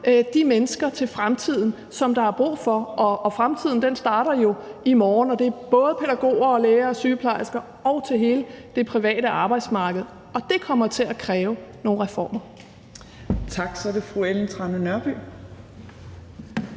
de mennesker til fremtiden, som der er brug for. Og fremtiden starter jo i morgen, og det er både pædagoger, lærere og sygeplejersker og til hele det private arbejdsmarked, og det kommer til at kræve nogle reformer.